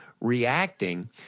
reacting